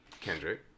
kendrick